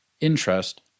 interest